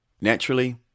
Naturally